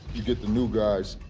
you get the new guys,